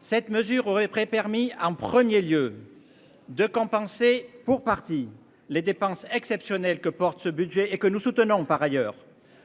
Cette mesure aurait près permis en 1er lieu. De compenser pour partie les dépenses exceptionnelles que porte ce budget et que nous soutenons par ailleurs